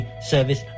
service